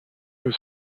was